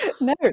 No